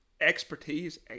expertise